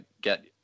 get